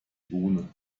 bohne